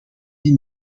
die